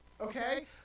okay